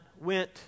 went